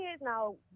now